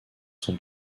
sont